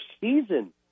season